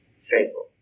faithful